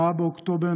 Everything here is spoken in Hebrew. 4 באוקטובר,